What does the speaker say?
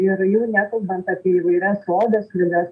ir jau nekalbant apie įvairias odos ligas